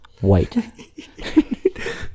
white